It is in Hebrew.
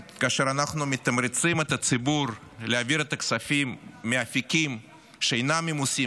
כאשר אנחנו מתמרצים את הציבור להעביר את הכספים מאפיקים שאינם ממוסים,